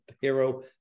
hero